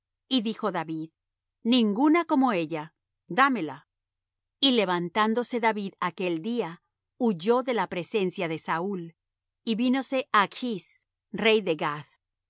y dijo david ninguna como ella dámela y levantándose david aquel día huyó de la presencia de saúl y vínose á achs rey de gath